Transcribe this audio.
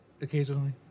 occasionally